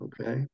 Okay